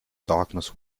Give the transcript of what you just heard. darkness